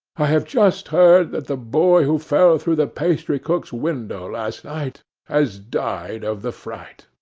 i have just heard that the boy who fell through the pastrycook's window last night has died of the fright.